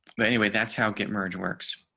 but anyway, that's how get merged works.